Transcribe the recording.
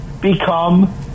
become